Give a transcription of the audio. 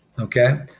okay